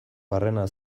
barrena